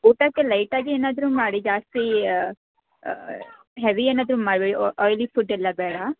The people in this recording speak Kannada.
ಊಟಕ್ಕೆ ಲೈಟ್ ಆಗಿ ಏನಾದರು ಮಾಡಿ ಜಾಸ್ತಿ ಹೆವಿ ಏನಾದರು ಮಾಡಬೇಡಿ ಆಯಿಲಿ ಫುಡ್ ಎಲ್ಲ ಬೇಡ